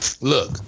Look